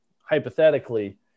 hypothetically